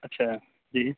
اچھا جی